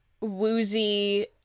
woozy